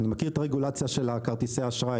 אני מכיר את הרגולציה של כרטיסי האשראי,